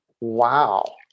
Wow